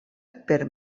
per